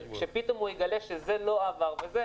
במערכת כשפתאום הוא יגלה שזה לא עבר וכו',